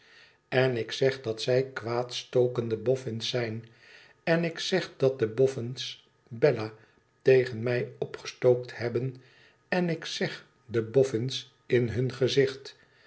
en ik zeg dat zij kwaadstokende boffins zijn en ik zeg dat de boffins bella tegen mij opgestookt hebben en ik zeg de boffins in hun gezicht